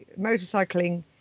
motorcycling